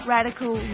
Radical